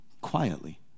quietly